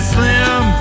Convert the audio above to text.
Slim